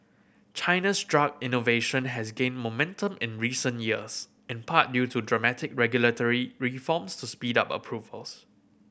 China's drug innovation has gained momentum in recent years in part due to dramatic regulatory reforms to speed up approvals